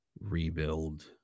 rebuild